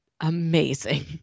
amazing